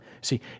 See